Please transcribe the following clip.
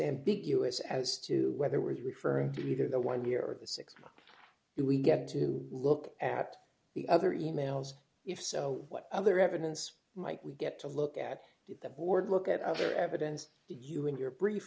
ambiguous as to whether it was referring to either the one year or the six about it we get to look at the other e mails if so what other evidence might we get to look at the board look at other evidence did you in your brief